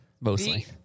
mostly